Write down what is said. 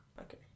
Okay